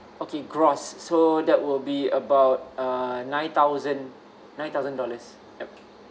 okay gross so that will be about uh nine thousand nine thousand dollars yup